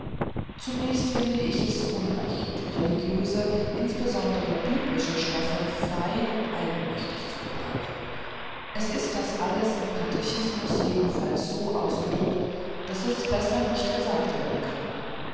zunächst finde ich es unrecht religiöse besonders biblische stoffe frei und eigenmächtig zu gebrauchen es ist das alles im katechismus jedenfalls so ausgedrückt daß es besser nicht gesagt werden kann